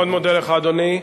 אני מאוד מודה לך, אדוני.